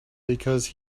because